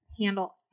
handle